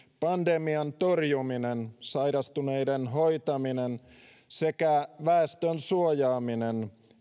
pandemian torjuminen sairastuneiden hoitaminen sekä väestön suojaaminen